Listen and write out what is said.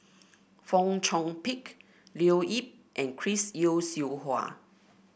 Fong Chong Pik Leo Yip and Chris Yeo Siew Hua